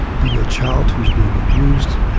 being a child who is being abused,